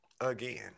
Again